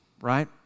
right